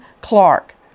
Clark